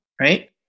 Right